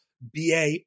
BA